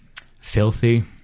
filthy